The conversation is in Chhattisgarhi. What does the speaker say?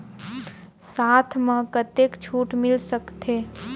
साथ म कतेक छूट मिल सकथे?